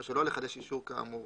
או שלא לחדש אישור כאמור,